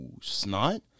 snot